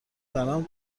برام